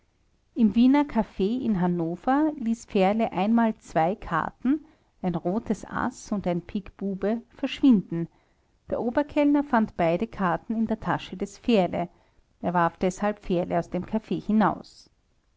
im wiener caf in hannover ließ fährle einmal zwei karten ein rotes aß und ein piquebube verschwinden der oberkellner fand beide karten in der tasche des fährle er warf deshalb fährle aus dem caf hinaus